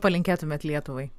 palinkėtumėt lietuvai